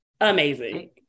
amazing